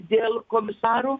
dėl komisarų